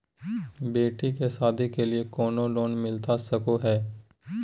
बेटी के सादी के लिए कोनो लोन मिलता सको है?